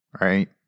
right